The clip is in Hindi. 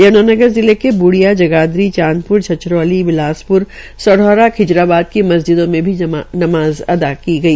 यम्नागर जिले के बूडिया जगाधरी चांदप्र छछरौली बिलासप्रा स ौरा खिजराबाद की मस्जिदों में नमाज़ पढ़ी गई